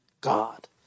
God